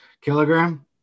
kilogram